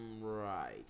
right